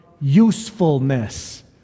usefulness